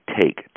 take